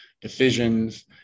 decisions